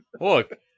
Look